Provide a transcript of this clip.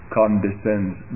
condescends